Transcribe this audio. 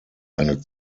eine